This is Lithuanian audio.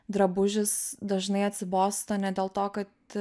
drabužis dažnai atsibosta ne dėl to kad